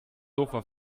sofa